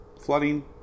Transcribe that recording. Flooding